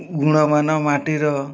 ଗୁଣମାନ ମାଟିର